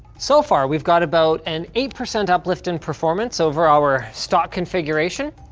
so far we've got about an eight percent uplift in performance over our stock configuration.